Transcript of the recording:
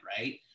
right